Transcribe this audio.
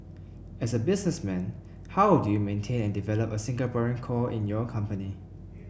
as a businessman how do you maintain and develop a Singaporean core in your company